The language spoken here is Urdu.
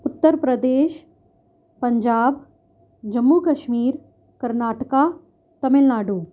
اتر پردیش پنجاب جموں کشمیر کرناٹکا تمل ناڈو